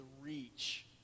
reach